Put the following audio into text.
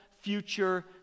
future